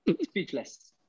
Speechless